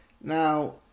Now